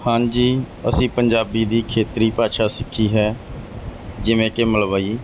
ਹਾਂਜੀ ਅਸੀਂ ਪੰਜਾਬੀ ਦੀ ਖੇਤਰੀ ਭਾਸ਼ਾ ਸਿੱਖੀ ਹੈ ਜਿਵੇਂ ਕਿ ਮਲਵਈ